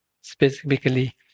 specifically